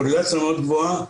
קורלציה מאוד גבוהה,